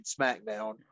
SmackDown